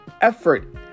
effort